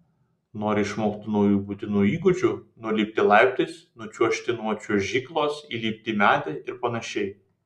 nori išmokti naujų būtinų įgūdžių nulipti laiptais nučiuožti nuo čiuožyklos įlipti į medį ir panašiai